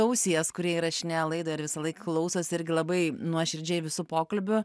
ausies kuri įrašinėja laidą ir visąlaik klausosi irgi labai nuoširdžiai visų pokalbių